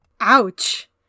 Ouch